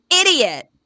idiot